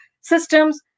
systems